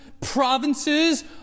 provinces